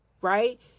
right